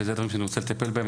שזה הדברים שאני רוצה לטפל בהם,